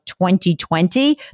2020